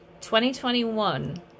2021